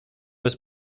bez